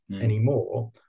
anymore